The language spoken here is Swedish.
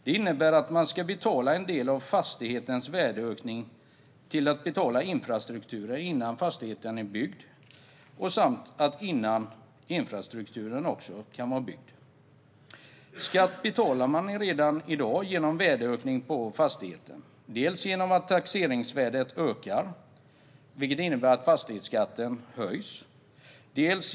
Det innebär att en del av fastighetens värdeökning ska användas till att betala infrastruktur innan fastigheten är byggd samt innan infrastrukturen är byggd. Skatt betalar man redan i dag på värdeökningen på fastigheten genom att taxeringsvärdet ökar, vilket innebär att fastighetsskatten höjs.